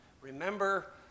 remember